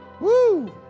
woo